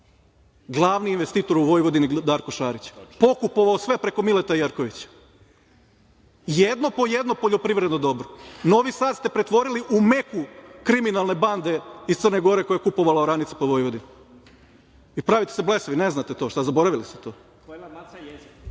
Glavni investitor u Vojvodini – Darko Šarić. Pokupovao sve preko Mileta Jerkovića. Jedno po jedno poljoprivredno dobro. Novi Sad ste pretvorili u Meku kriminalne bande iz Crne Gore koja je kupovala oranice po Vojvodini. I pravite se blesavi, ne znate to. Šta, zaboravili ste